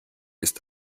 ist